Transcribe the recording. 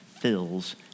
fills